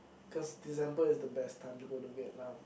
cause December is the best time to go to Vietnam